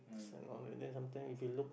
then sometime if you look